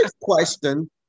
question